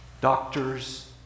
doctors